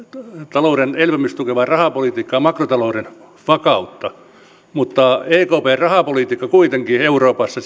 talouden elpymistä tukevaa rahapolitiikkaa makrotalouden vakautta mutta ekpn rahapolitiikka antaa euroopassa